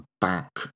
back